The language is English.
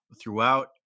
throughout